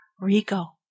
Rico